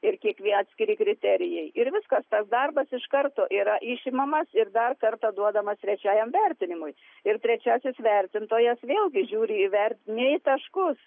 ir kiekvie atskiri kriterijai ir viskas tas darbas iš karto yra išimamas ir dar kartą duodamas trečiajam vertinimui ir trečiasis vertintojas vėlgi žiūri į vert ne į taškus